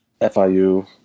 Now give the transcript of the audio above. FIU